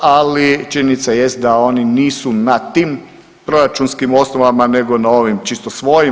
Ali činjenica jest da oni nisu na tim proračunskim osnovama nego na ovim čisto svojim.